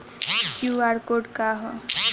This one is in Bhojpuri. क्यू.आर कोड का ह?